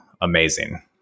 amazing